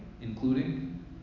Including